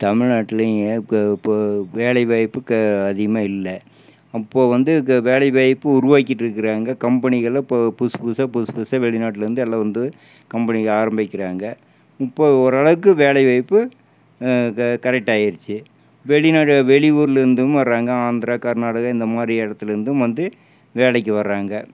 தமிழ்நாட்டுலங்க இப்போ வேலைவாய்ப்பு அதிகமாக இல்லை அப்போ வந்து வேலைவாய்ப்பு உருவாக்கிட்ருக்கிறாங்க கம்பெனிகளில் இப்போ புதுசு புதுசாக புதுசு புதுசாக வெளிநாட்டுலயிருந்து எல்லாம் வந்து கம்பெனி ஆரம்பிக்கிறாங்க இப்போ ஓரளவுக்கு வேலைவாய்ப்பு கரெக்ட்டாயிடுச்சு வெளிநாடு வெளி ஊருலயிருந்தும் வராங்க ஆந்திரா கர்நாடகா இந்தமாதிரி இடத்துலருந்தும் வந்து வேலைக்கு வராங்க